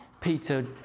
Peter